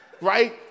right